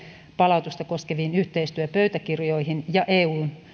palautusta koskeviin yhteistyöpöytäkirjoihin ja eun